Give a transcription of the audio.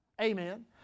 Amen